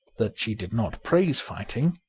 that she did not praise fighting,